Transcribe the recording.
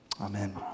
Amen